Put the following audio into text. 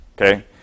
okay